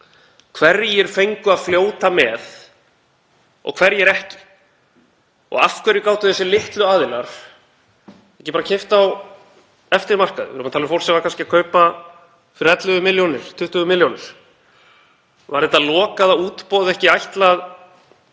Hverjir fengu að fljóta með og hverjir ekki? Af hverju gátu þessir litlu aðilar ekki bara keypt á eftirmarkaði? Við erum að tala um fólk sem var kannski að kaupa fyrir 11 milljónir, 20 milljónir. Var þetta lokaða útboð ekki ætlað